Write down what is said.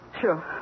Sure